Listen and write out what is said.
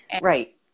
Right